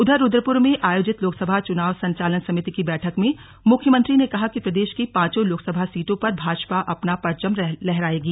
उधर रुद्रपुर में आयोजित लोकसभा चुनाव संचालन समिति की बैठक में मुख्यमंत्री ने कहा कि प्रदेश की पांचों लोकसभा सीटों पर भाजपा अपना परचम लहराएगी